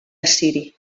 assiri